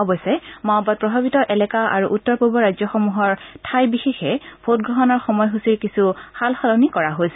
অৱশ্যে মাওবাদ প্ৰভাৱিত এলেকা আৰু উত্তৰ পূবৰ ৰাজ্যসমূহৰ ঠাইবিশেষে ভোটগ্ৰহণৰ সময় সূচীৰ কিছু সাল সলনি কৰা হৈছিল